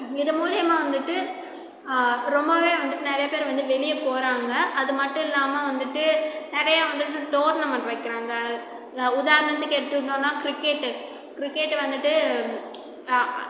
இது மூலயமா வந்துட்டு ரொம்பவே வந்துட்டு நிறைய பேர் வந்து வெளியே போகிறாங்க அது மட்டும் இல்லாமல் வந்துட்டு நிறையா வந்துட்டு டோர்னமெண்ட் வைக்கிறாங்கள் உதாரணத்துக்கு எடுத்துக்கிட்டோம்னால் கிரிக்கெட்டு கிரிக்கெட் வந்துட்டு